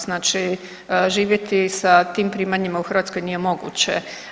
Znači, živjeti se tim primanjima u Hrvatskoj nije moguće.